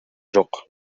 жок